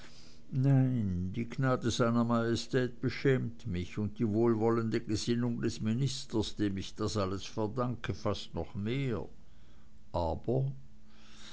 nein die gnade seiner majestät beschämt mich und die wohlwollende gesinnung des ministers dem ich das alles verdanke fast noch mehr aber